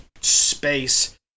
space